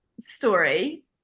story